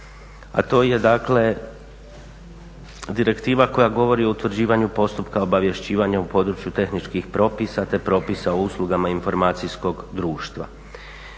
a to je dakle direktiva koja govori o utvrđivanju postupka obavješćivanja u području tehničkih propisa te propisa o uslugama informacijskog društva.